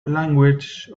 language